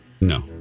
no